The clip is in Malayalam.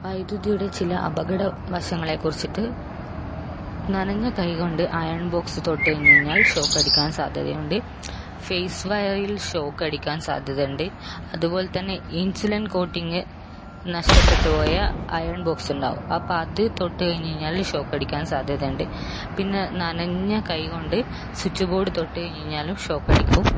വൈദ്യുതിയുടെ ചില അപകടവശങ്ങളെക്കുറിച്ചിട്ട് നനഞ്ഞ കൈകൊണ്ട് അയേൺ ബോക്സ് തൊട്ട് കഴിഞ്ഞ് കഴിഞ്ഞാൽ ഷോക്ക് അടിക്കാൻ സാധ്യത ഉണ്ട് ഫേസ് വയറിൽ ഷോക്ക് അടിക്കാൻ സാധ്യത ഉണ്ട് അതുപോലെ തന്നെ ഇൻസുലിൻ കോട്ടിങ്ങ് നഷ്ടപ്പെട്ട് പോയ അയേൺ ബോക്സ് ഉണ്ടാകും അപ്പം അത് തൊട്ട് കഴിഞ്ഞ് കഴിഞ്ഞാൽ ഷോക്ക് അടിക്കാൻ സാധ്യത ഉണ്ട് പിന്നെ നനഞ്ഞ കൈ കൊണ്ട് സ്വിച്ച് ബോഡ് തൊട്ട് കഴിഞ്ഞ് കഴിഞ്ഞാലും ഷോക്ക് അടിക്കും